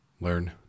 Learn